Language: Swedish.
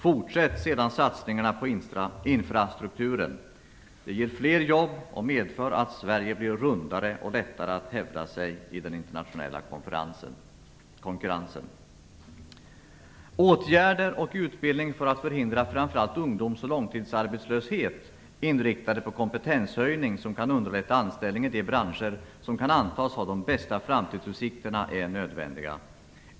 Fortsätt sedan satsningarna på infrastrukturen. Det ger fler jobb och medför att Sverige blir "rundare" och får lättare att hävda sig i den internationella konkurrensen. Åtgärder och utbildning för att förhindra framför allt ungdoms och långtidsarbetslöshet, inriktade på kompetenshöjning som kan undrerlätta anställning i de branscher som kan antas ha de bästa framtidsutsikterna, är nödvändiga.